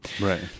Right